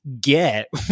get